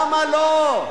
למה לא?